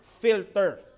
Filter